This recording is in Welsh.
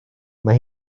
mae